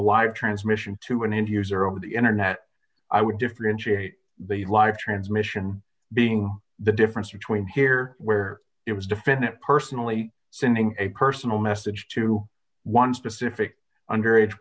the live transmission to an end user over the internet i would differentiate the live transmission being the difference between here where it was defendant personally sending a personal message to one specific underage